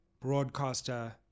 broadcaster